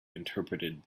interpreted